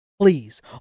Please